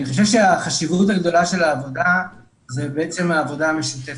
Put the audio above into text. אני חושב שהחשיבות הגדולה של העבודה היא העבודה המשותפת.